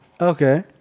Okay